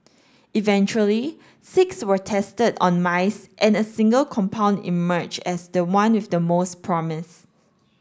eventually six were tested on mice and a single compound emerged as the one with the most promise